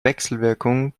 wechselwirkung